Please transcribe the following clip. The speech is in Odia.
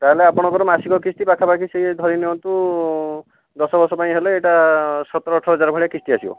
ତାହେଲେ ଆପଣଙ୍କର ମାସିକ କିସ୍ତି ପାଖାପାଖି ସେଇ ଧରିନିଅନ୍ତୁ ଦଶବର୍ଷ ପାଇଁ ହେଲେ ଏଇଟା ସତର ଅଠର ହଜାର ଭଳିଆ କିସ୍ତି ଆସିବ